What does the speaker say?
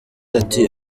ati